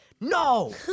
no